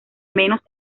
menos